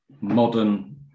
modern